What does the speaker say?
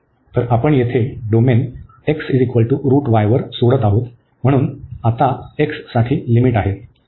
तर आपण येथे डोमेन वर सोडत आहोत म्हणून आता x साठी लिमिट आहेत